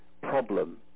problem